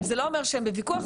זה לא אומר שהם בוויכוח,